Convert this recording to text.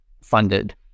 funded